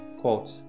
Quote